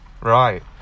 Right